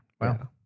wow